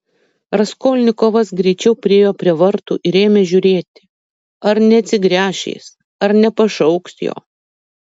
raskolnikovas greičiau priėjo prie vartų ir ėmė žiūrėti ar neatsigręš jis ar nepašauks jo